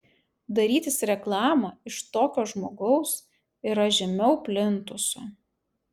darytis reklamą iš tokio žmogaus yra žemiau plintuso